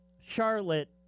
Charlotte